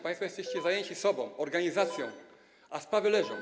Państwo jesteście zajęci sobą, organizacją, a sprawy leżą.